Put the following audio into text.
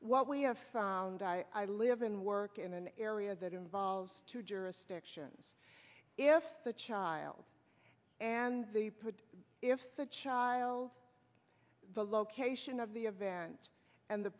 what we have found i live and work in an area that involves two jurisdictions if the child and the put if the child the location of the event and the